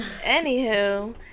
Anywho